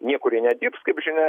niekur jie nedirbs kaip žinia